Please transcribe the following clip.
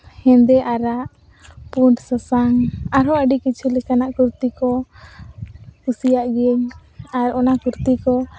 ᱦᱮᱸᱫᱮ ᱟᱨᱟᱜ ᱯᱩᱸᱰ ᱥᱟᱥᱟᱝ ᱟᱨᱦᱚᱸ ᱟᱹᱰᱤ ᱠᱤᱪᱷᱩ ᱞᱮᱠᱟᱱᱟᱜ ᱠᱩᱨᱛᱤ ᱠᱚ ᱠᱩᱥᱤᱭᱟᱜ ᱜᱤᱭᱟᱹᱧ ᱟᱨ ᱚᱱᱟ ᱠᱩᱨᱛᱤ ᱠᱚ